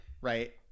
right